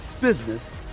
business